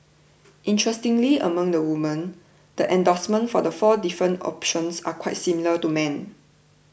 interestingly among the women the endorsement for the four different options are quite similar to men